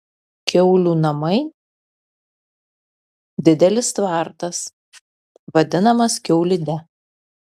kiaulių namai didelis tvartas vadinamas kiaulide